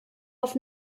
auf